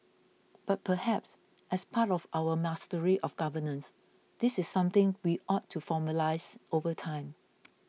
but perhaps as part of our mastery of governance this is something we ought to formalise over time